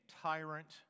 tyrant